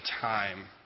time